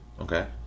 Okay